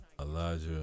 Elijah